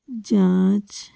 ਜਾਂਚ